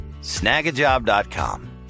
Snagajob.com